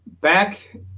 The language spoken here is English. back